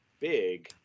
big